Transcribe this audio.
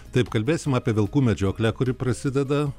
taip kalbėsim apie vilkų medžioklę kuri prasideda